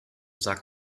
sack